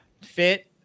fit